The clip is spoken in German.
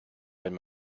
wenn